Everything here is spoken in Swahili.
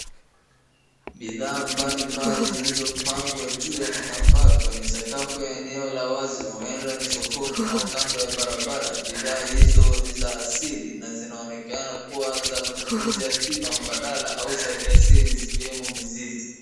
Bidhaa mbalimbali zilizopangwa juu ya kitambaa kwenye sakafu ya eneo la wazi. Huenda ni sokoni au kando ya barabara. Bidhaa hizo ni za asili na zinaonekana kuwa za matumizi ya tiba mbadala au za kiasili zikiwemo mizizi.